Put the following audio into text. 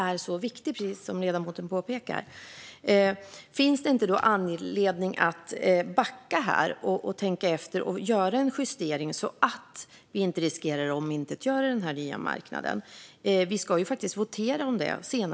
Även ledamoten pekar ju på att den är så viktig. Kanske borde vi tänka efter och göra en justering så att vi inte riskerar att omintetgöra den nya marknaden? Senare i dag ska vi faktiskt votera om detta.